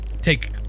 Take